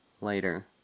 Later